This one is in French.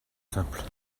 simples